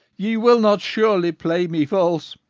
ye will not surely play me false?